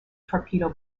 torpedo